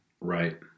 Right